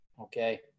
Okay